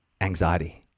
anxiety